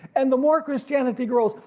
and the more christianity grows,